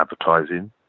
advertising